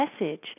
message